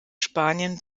spanien